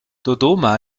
dodoma